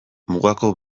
mugako